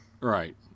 Right